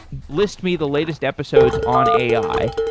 list me the latest episodes on ai,